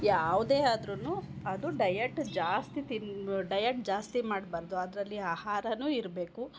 ಯಾವುದೇ ಆದ್ರೂ ಅದು ಡಯಟ್ ಜಾಸ್ತಿ ತಿನ್ ಡಯಟ್ ಜಾಸ್ತಿ ಮಾಡಬಾರ್ದು ಅದರಲ್ಲಿ ಆಹಾರವೂನು ಇರಬೇಕು